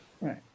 Right